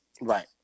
Right